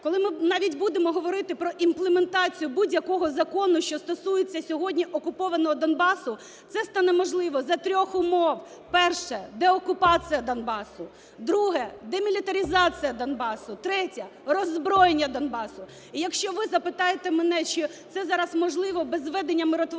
коли ми навіть будемо говорити про імплементацію будь-якого закону, що стосується сьогодні окупованого Донбасу, це стане можливо за трьох умов: перше – деокупація Донбасу, друге – демілітаризація Донбасу, третє – роззброєння Донбасу. І якщо ви запитаєте мене, чи зараз це можливо без введення миротворчої